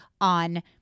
on